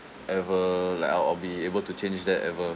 ever like I'll I'll be able to change that ever